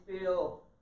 feel